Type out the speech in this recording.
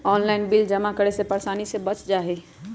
Online bill जमा करे से परेशानी से बच जाहई?